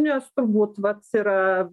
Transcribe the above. nes turbūt vat yra